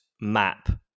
map